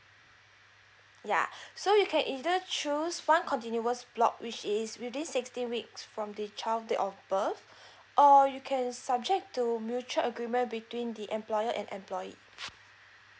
yeah so you can either choose one continuous block which is within sixteen weeks from the child date of birth or you can subject to mutual agreement between the employer and employee